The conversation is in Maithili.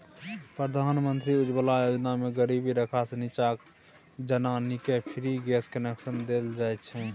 प्रधानमंत्री उज्जवला योजना मे गरीबी रेखासँ नीच्चाक जनानीकेँ फ्री गैस कनेक्शन देल जाइ छै